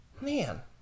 man